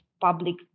public